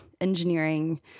engineering